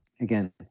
again